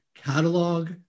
Catalog